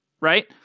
right